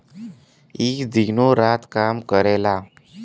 ई दिनो रात काम करेला